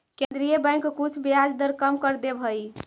केन्द्रीय बैंक कुछ ब्याज दर कम कर देवऽ हइ